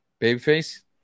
Babyface